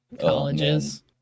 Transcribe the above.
Colleges